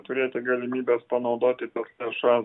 turėti galimybes panaudoti tas lėšas